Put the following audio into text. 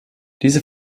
diese